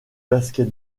basket